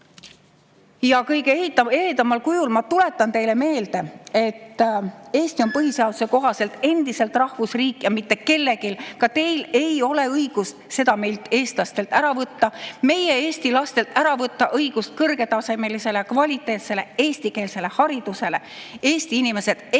Kõige ehedamal kujul ma tuletan teile meelde, et Eesti on põhiseaduse kohaselt endiselt rahvusriik ja mitte kellelgi, ka teil, ei ole õigust seda meilt, eestlastelt, ära võtta, meie eesti lastelt ära võtta õigust kõrgetasemelisele, kvaliteetsele eestikeelsele haridusele. Eesti inimesed ei ole teile